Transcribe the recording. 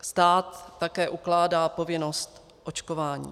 Stát také ukládá povinnost očkování.